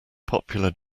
popular